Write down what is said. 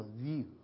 view